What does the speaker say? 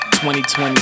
2020